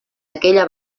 aquella